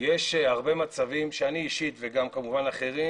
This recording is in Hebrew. יש הרבה מצבים שאני אישית וכמובן אחרים